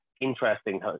interesting